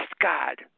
God